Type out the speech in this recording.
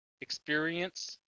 experience